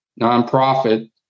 nonprofit